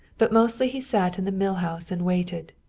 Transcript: but mostly he sat in the mill house and waited.